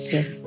Yes